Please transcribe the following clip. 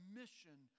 mission